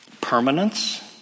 Permanence